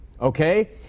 okay